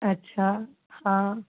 अच्छा हा